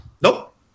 Nope